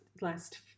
last